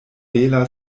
bela